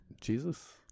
jesus